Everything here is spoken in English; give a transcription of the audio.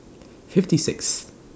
fifty Sixth